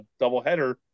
doubleheader